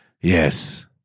Yes